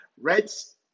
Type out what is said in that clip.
Reds